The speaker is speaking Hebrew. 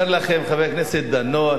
אומרים לכם חבר הכנסת דנון,